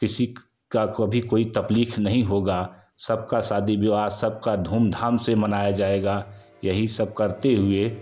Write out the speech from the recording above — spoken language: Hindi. किसी क का कभी कोई तकलीफ नहीं होगा सबका शादी विवाह सबका धूम धाम से मनाया जाएगा यही सब करते हुए